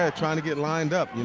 ah trying to get lined up.